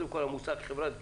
המושג "חברת גבייה"